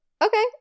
Okay